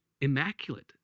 immaculate